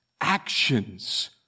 actions